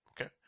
Okay